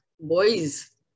boys